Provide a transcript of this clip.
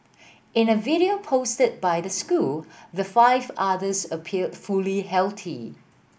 in a video posted by the school the five otters appeared fully healthy